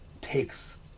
takes